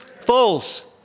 false